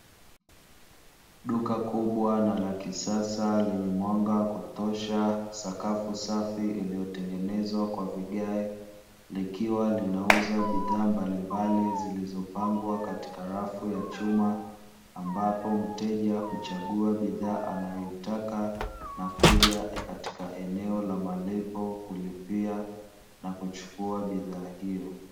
Duka kubwa na la kisasa lenye mwanga wa kutosha, sakafu safi iliyotengenezwa kwa vigae. Likiwa linauza bidhaa mbalimbali zilizopangwa katika rafu ya chuma ambapo mteja huchagua bidhaa anayoitaka na kuja katika eneo la malipo kulipia na kuchukua bidhaa hiyo.